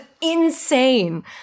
insane